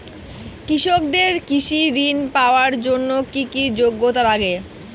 কৃষকদের কৃষি ঋণ পাওয়ার জন্য কী কী যোগ্যতা লাগে?